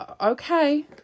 okay